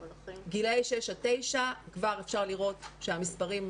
גילאי 6 9, כבר אפשר לראות שהמספרים עולים.